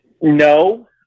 no